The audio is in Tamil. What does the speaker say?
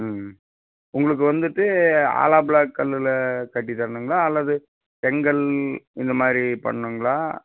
ம் உங்களுக்கு வந்துட்டு ஆலாே புளாக் கல்லில் கட்டி தரணுங்களா அல்லது செங்கல் இந்த மாதிரி பண்ணுங்களா